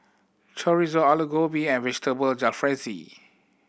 Chorizo Alu Gobi and Vegetable Jalfrezi